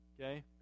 Okay